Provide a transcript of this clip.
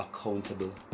accountable